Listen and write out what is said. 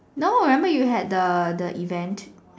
no remember you had the the event